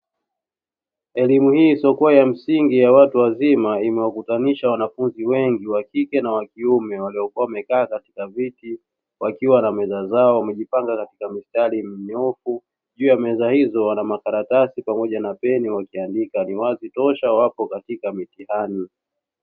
Elimu hii isiyo na msingi ya watu wazima imewakutanisha wanafunzi wengi wakike na wakiume, waliokuwa wamekaa katika viti wakiwa na Meza zao, wamejipanga katika msitar minyoofu. Juu ya Meza hizo wanamakaratasi na peni wakiwa wanaandika ni wazi tosha wapo katika mitihani.